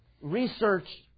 research